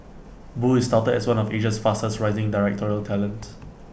boo is touted as one of Asia's fastest rising directorial talents